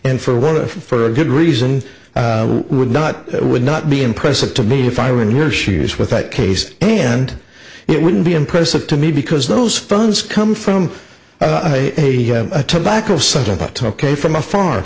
and for a good reason would not it would not be impressive to me if i were in your shoes with that case and it wouldn't be impressive to me because those funds come from a tobacco settlement tokay from a far